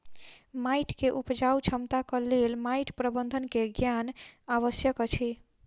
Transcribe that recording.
माइट के उपजाऊ क्षमताक लेल माइट प्रबंधन के ज्ञान आवश्यक अछि